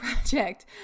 project